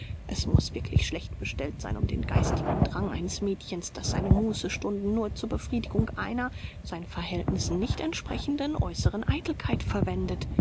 es muß wirklich schlecht bestellt sein um den geistigen drang eines mädchens das seine mußestunden nur zur befriedigung einer seinen verhältnissen nicht entsprechenden äußeren eitelkeit verwendet